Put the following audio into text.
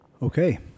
Okay